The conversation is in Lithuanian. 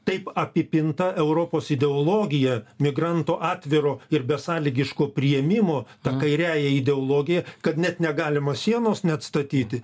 taip apipinta europos ideologija migrantų atviro ir besąlygiško priėmimo ta kairiąja ideologija kad net negalima sienos neatstatyti